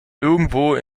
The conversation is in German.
irgendwo